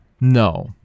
No